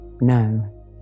No